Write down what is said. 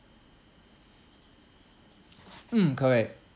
mm correct